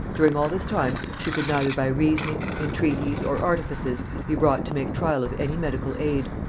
during all this time she could neither by reasoning, entreaties, or artifices be brought to make trial of any medical aid,